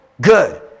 good